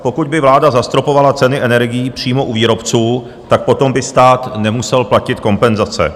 Pokud by vláda zastropovala ceny energií přímo u výrobců, potom by stát nemusel platit kompenzace.